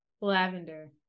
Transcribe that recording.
Lavender